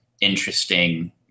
interesting